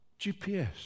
GPS